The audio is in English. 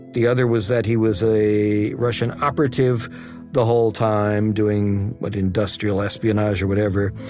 the other was that he was a russian operative the whole time doing, what, industrial espionage or whatever,